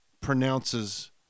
pronounces